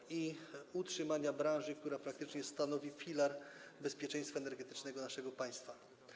Chodzi o utrzymanie branży, która praktycznie stanowi filar bezpieczeństwa energetycznego naszego państwa.